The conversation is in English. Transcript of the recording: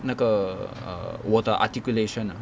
那个 err 我的 articulation ah